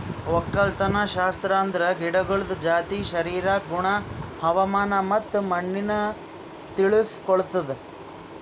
ಒಕ್ಕಲತನಶಾಸ್ತ್ರ ಅಂದುರ್ ಗಿಡಗೊಳ್ದ ಜಾತಿ, ಶರೀರ, ಗುಣ, ಹವಾಮಾನ ಮತ್ತ ಮಣ್ಣಿನ ತಿಳುಸ್ ಕೊಡ್ತುದ್